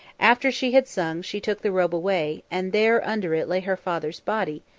after she had sung she took the robe away, and there under it lay her father's body,